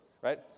Right